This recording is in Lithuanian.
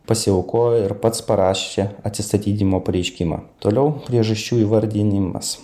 pasiaukojo ir pats parašė atsistatydinimo pareiškimą toliau priežasčių įvardinimas